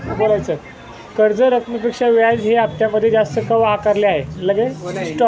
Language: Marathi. कर्ज रकमेपेक्षा व्याज हे हप्त्यामध्ये जास्त का आकारले आहे?